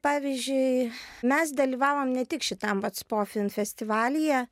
pavyzdžiui mes dalyvavom ne tik šitam vat spofin festivalyje